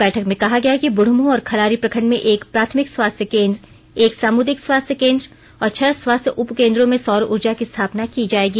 बैठक में कहा गया कि बुढ़मू और खलारी प्रखंड में एक प्राथमिक स्वास्थ्य केंद्र एक सामुदायिक स्वास्थ्य केंद्र और छह स्वास्थ्य उपकेंद्रों में सौर उर्जा की स्थापना की जाएगी